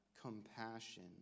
compassion